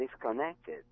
disconnected